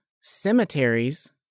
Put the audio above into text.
cemeteries